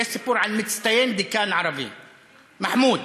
יש סיפור על מצטיין דיקן ערבי, מחמוד.